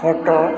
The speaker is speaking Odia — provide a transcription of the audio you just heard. ଖଟ